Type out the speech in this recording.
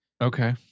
Okay